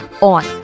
on